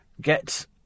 get